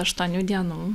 aštuonių dienų